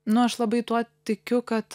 nu aš labai tuo tikiu kad